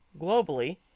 globally